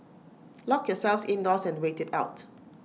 lock yourselves indoors and wait IT out